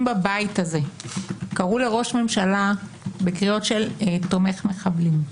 בבית הזה קראו לראש ממשלה "תומך מחבלים".